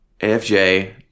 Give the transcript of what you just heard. AFJ